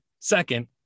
second